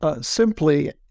Simply